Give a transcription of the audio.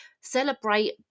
Celebrate